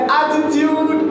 attitude